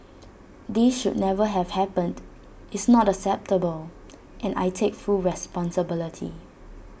this should never have happened is not acceptable and I take full responsibility